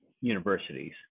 universities